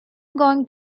going